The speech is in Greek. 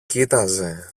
κοίταζε